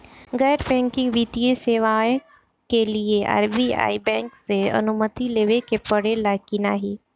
गैर बैंकिंग वित्तीय सेवाएं के लिए आर.बी.आई बैंक से अनुमती लेवे के पड़े ला की नाहीं?